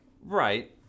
Right